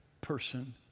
person